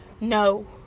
no